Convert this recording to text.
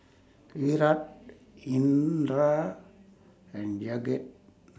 Virat Indira and Jagat